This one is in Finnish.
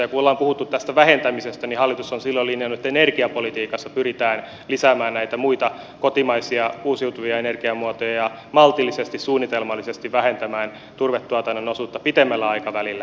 ja kun ollaan puhuttu tästä vähentämisestä niin hallitus on silloin linjannut että energiapolitiikassa pyritään lisäämään näitä muita kotimaisia uusiutuvia energiamuotoja ja maltillisesti suunnitelmallisesti vähentämään turvetuotannon osuutta pitemmällä aikavälillä